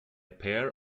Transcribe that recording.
pair